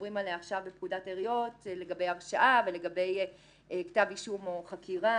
מדברים עליה עכשיו בפקודת העיריות לגבי הרשעה ולגבי כתב אישום או חקירה